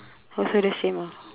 also the same ah